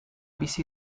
bizi